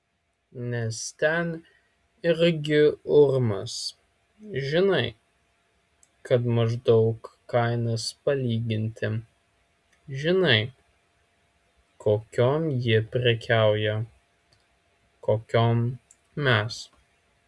nes ten irgi urmas žinai kad maždaug kainas palyginti žinai kokiom jie prekiauja kokiom mes